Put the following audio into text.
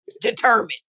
determined